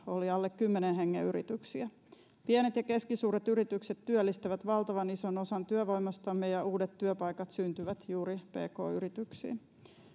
oli alle kymmenen hengen yrityksiä pienet ja keskisuuret yritykset työllistävät valtavan ison osan työvoimastamme ja uudet työpaikat syntyvät juuri pk yrityksiin